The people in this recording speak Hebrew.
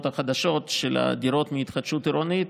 החדשות של הדירות להתחדשות עירונית.